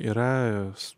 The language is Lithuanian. yra jos